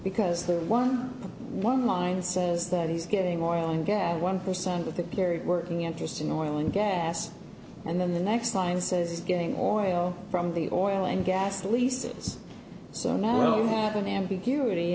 because the one one line says that he's getting oil and gas one percent of the period working interest in oil and gas and then the next line says he's getting oil from the oil and gas leases so narrow have an ambiguity